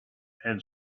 and